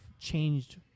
changed